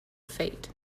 fate